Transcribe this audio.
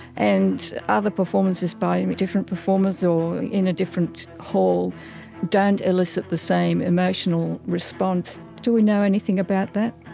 and other performances by the and different performers or in a different hall don't elicit the same emotional response. do we know anything about that?